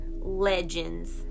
legends